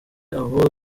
aho